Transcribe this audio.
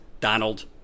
Donald